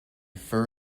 fur